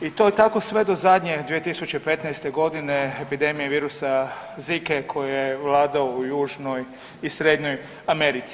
I to je tako sve do zadnje 2015. godine epidemije virusa Zike koji je vladao u Južnoj i Srednjoj Americi.